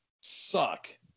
suck